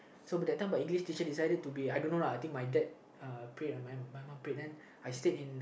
so but that time my English teacher decided to be I don't know lah I think my dad uh prayed or my my mum prayed so I stayed in